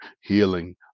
healing